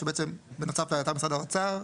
שבעצם בנוסף לאתר משרד האוצר,